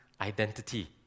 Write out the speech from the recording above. identity